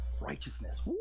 Righteousness